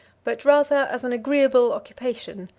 but rather as an agreeable occupation,